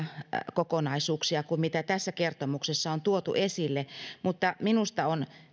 kokonaisuuksia kuin mitä tässä kertomuksessa on tuotu esille mutta minusta on